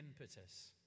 impetus